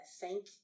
thank